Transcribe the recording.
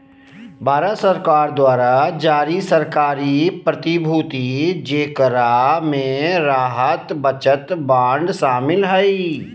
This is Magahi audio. भारत सरकार द्वारा जारी सरकारी प्रतिभूति जेकरा मे राहत बचत बांड शामिल हइ